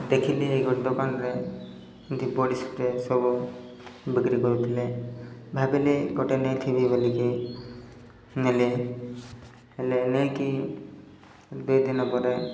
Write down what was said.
ଦେଖିଲି ଏ ଗୋଟେ ଦୋକାନରେ ଏମତି ବଡ଼ି ସ୍ପ୍ରେ ସବୁ ବିକ୍ରି କରୁଥିଲେ ଭାବିଲି ଗୋଟେ ନେଇଥିବି ବୋଲିକି ନେଲି ହେଲେ ନେଇକି ଦୁଇ ଦିନ ପରେ